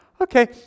okay